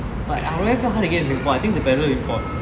but err very hard to get in singapore I think is a value import